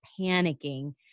panicking